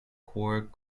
core